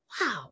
wow